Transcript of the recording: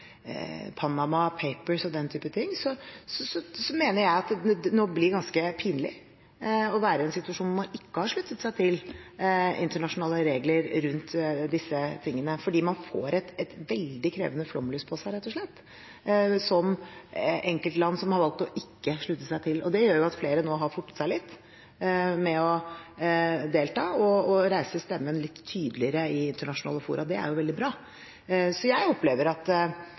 Panama Papers og den typen ting mener jeg at det nå blir ganske pinlig å være i en situasjon hvor man ikke har sluttet seg til internasjonale regler rundt disse tingene, fordi man rett og slett får et veldig krevende flomlys på seg som enkeltland som har valgt å ikke slutte seg til. Det gjør at flere nå har fortet seg litt med å delta og reise stemmen litt tydeligere i internasjonale fora. Det er veldig bra. Jeg opplever at